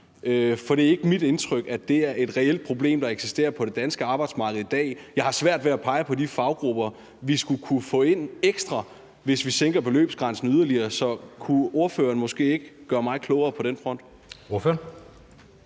for det er ikke mit indtryk, at det er et reelt problem, der eksisterer på det danske arbejdsmarked i dag. Jeg har svært ved at pege på de faggrupper, vi skulle kunne få ind ekstra, hvis vi sænker beløbsgrænsen yderligere, så kunne ordføreren ikke måske gøre mig klogere på den front?